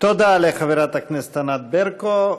תודה לחברת הכנסת ענת ברקו.